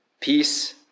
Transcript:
peace